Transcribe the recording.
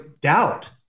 doubt